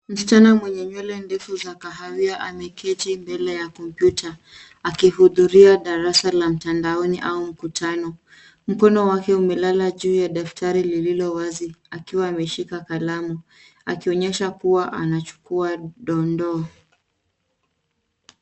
Msichana mwenye nywele ndefu za kahawia ameketi mbele ya kompyuta akihudhuria darasa la mtandaoni au mkutano. Mkono wake umelala juu ya daftari lililowazi akiwa ameshika kalamu akionyesha kuwa anachukua dondoo.